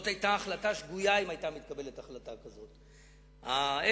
אם היתה מתקבלת החלטה כזאת זאת היתה החלטה שגויה.